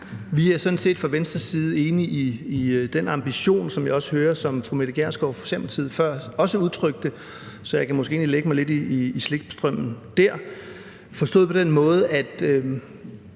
Vi er sådan set fra Venstres side enige i den ambition, som jeg også hørte fru Mette Gjerskov fra Socialdemokratiet give udtryk for før, så jeg kan måske egentlig lægge mig lidt i slipstrømmen af det, forstået på den måde, at